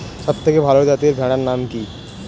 সবথেকে ভালো যাতে ভেড়ার নাম কি?